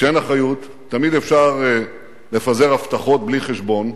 כשאין אחריות תמיד אפשר לפזר הבטחות בלי חשבון,